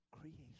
creation